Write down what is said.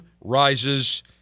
rises